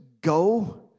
go